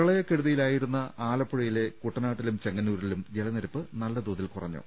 പ്രളയക്കെടുതിയിലായിരുന്ന ആലപ്പുഴയിലെ കുട്ട നാട്ടിലും ചെങ്ങന്നൂരിലും ജലനിരപ്പ് നല്ല തോതിൽ കുറ ഞ്ഞു